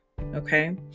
okay